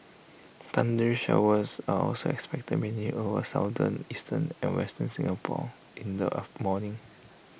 thundery showers are also expected mainly over southern eastern and western Singapore in the morning